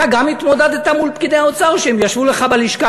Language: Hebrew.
אתה גם התמודדת מול פקידי האוצר כשהם ישבו לך בלשכה